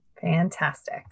Fantastic